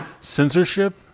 censorship